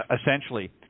essentially